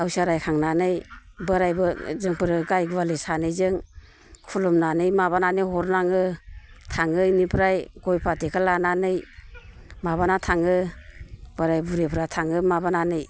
आवसिया रायखांनानै बोराय जोंफोरो गायगुआलि सानैजों खुलुमनानै माबानानै हरनाङो थाङो इनिफ्राय गय फाथैखौ लानानै माबाना थाङो बोराय बुरैफ्रा थाङो माबानानै